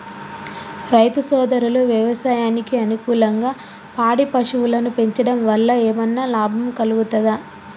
రైతు సోదరులు వ్యవసాయానికి అనుకూలంగా పాడి పశువులను పెంచడం వల్ల ఏమన్నా లాభం కలుగుతదా?